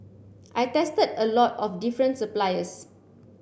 I tested a lot of different suppliers